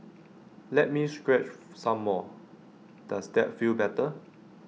let me scratch some more does that feel better